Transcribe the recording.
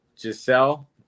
Giselle